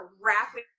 rapid